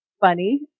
Funny